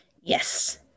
yes